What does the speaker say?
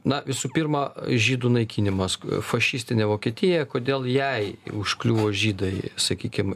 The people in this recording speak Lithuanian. na visų pirma žydų naikinimas fašistinė vokietija kodėl jai užkliuvo žydai sakykim